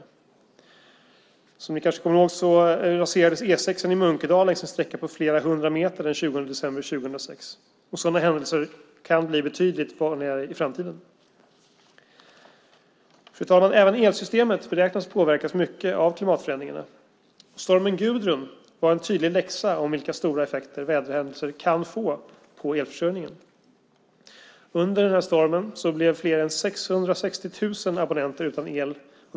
Ni kommer kanske ihåg att en sträcka på flera hundra meter av E 6:an i Munkedal raserades den 20 december 2006. Sådana händelser kan bli betydligt vanligare i framtiden. Fru talman! Även elsystemet beräknar man kommer att påverkas mycket av klimatförändringarna. Stormen Gudrun var en tydlig läxa. Vi lärde oss vilka stora effekter på elförsörjningen som väderhändelser kan få. Under stormen blev mer än 660 000 abonnenter utan el.